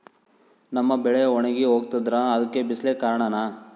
ನಮ್ಮ ಬೆಳೆ ಒಣಗಿ ಹೋಗ್ತಿದ್ರ ಅದ್ಕೆ ಬಿಸಿಲೆ ಕಾರಣನ?